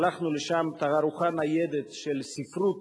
שלחנו לשם תערוכה ניידת של ספרות